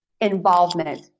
involvement